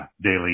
daily